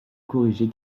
corriger